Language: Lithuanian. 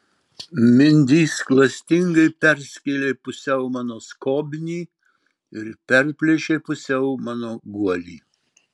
mindys klastingai perskėlė pusiau mano skobnį ir perplėšė pusiau mano guolį